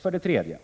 För det tredje och